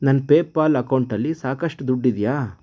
ನನ್ನ PayPal ಅಕೌಂಟಲ್ಲಿ ಸಾಕಷ್ಟು ದುಡ್ಡು ಇದೆಯಾ